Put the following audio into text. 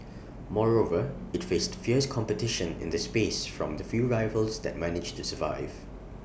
moreover IT faced fierce competition in the space from the few rivals that managed to survive